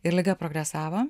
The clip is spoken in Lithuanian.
ir liga progresavo